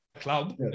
club